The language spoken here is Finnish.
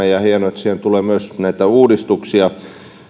ja on hienoa että siihen tulee myös näitä uudistuksia